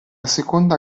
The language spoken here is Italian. seconda